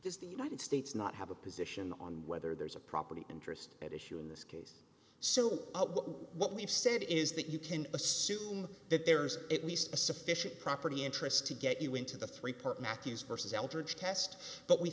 is the united states not have a position on whether there's a property interest at issue in this case so what we've said is that you can assume that there's at least a sufficient property interest to get you into the three part mackey's versus eldridge test but we